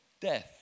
Death